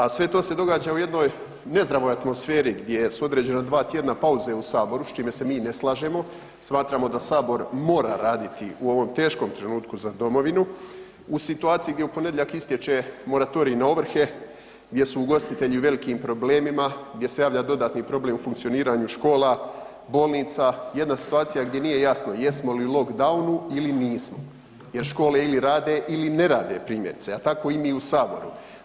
A sve to se događa u jednoj nezdravoj atmosferi gdje su određena 2 tjedna pauze u saboru s čime se mi ne slažemo, smatramo da sabor mora raditi u ovom teškom trenutku za domovinu, u situaciji gdje u ponedjeljak istječe moratorij na ovrhe, gdje su ugostitelji u velikim problemima, gdje se javlja dodatan problem u funkcioniranju škola, bolnica, jedna situacija gdje nije jasno jesmo li u lockdownu ili nismo jer škole ili rada ili ne rade primjerice, a tako i mi u saboru.